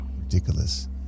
ridiculous